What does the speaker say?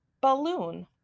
Balloon